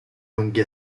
lunghi